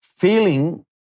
Feeling